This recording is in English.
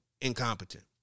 incompetent